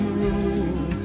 room